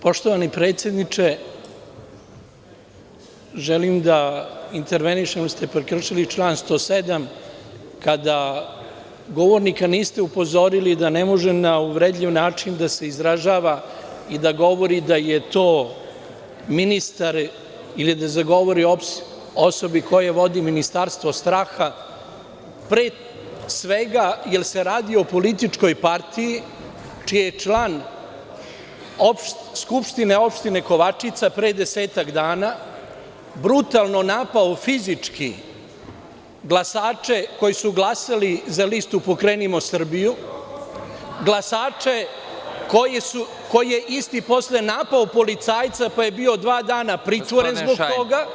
Poštovani predsedniče, želim da intervenišem jer ste prekršili član 107. kada govornika niste upozorili da ne može na uvredljiv način da se izražava i da govori da je to ministar ili da govori o osobi koja vodi ministarstvo straha, pre svega jer se radi o političkoj partiji čiji je član SO Kovačica pre desetak dana brutalno napao fizički glasače koji su glasali za listu „Pokrenimo Srbiju“, glasače koje je isti posle napao policajca pa je bio dva dana pritvoren zbog toga…